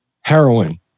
Heroin